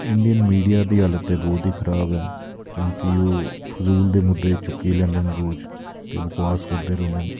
Indian media दी हालत ते बोह्त गै खराब ऐ क्योंकि ओह् फजूल दे मुद्दे चुक्की लैंदे न रोज ते बकवास करदे रौंह्दे न